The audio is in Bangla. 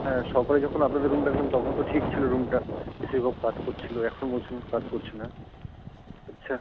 হ্যাঁ সকালে যখন আপনাদের রুমটা দিলাম তখন তো ঠিক ছিলো রুমটা এসি সব কাজ করছিলো এখন বলছেন কাজ করছে না আচ্ছা